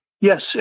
Yes